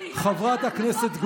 חברת הכנסת גוטליב,